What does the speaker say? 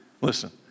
Listen